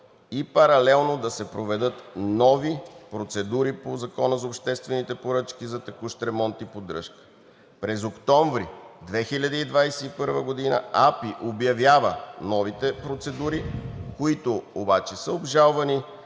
и паралелно да се проведат нови процедури по Закона за обществените поръчки за текущ ремонт и поддръжка. През октомври 2021 г. АПИ обявява новите процедури, които обаче са обжалвани